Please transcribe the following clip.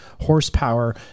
horsepower